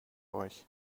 euch